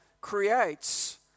creates